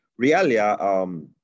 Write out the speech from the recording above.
realia